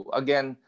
again